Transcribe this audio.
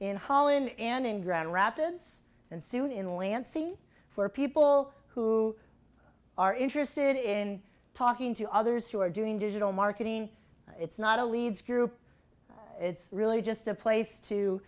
in holland and in grand rapids and soon in lansing for people who are interested in talking to others who are doing digital marketing it's not a leeds group it's really just a place to